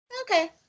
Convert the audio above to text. Okay